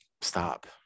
stop